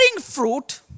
fruit